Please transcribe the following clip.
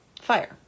fire